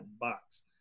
box